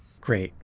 Great